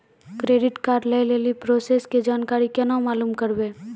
Credit card लय लेली process के जानकारी केना मालूम करबै?